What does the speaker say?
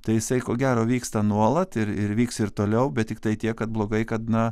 tai jisai ko gero vyksta nuolat ir ir vyks ir toliau bet tiktai tiek kad blogai kad na